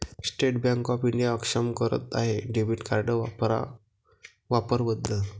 state Bank of India अक्षम करत आहे डेबिट कार्ड वापरा वापर बदल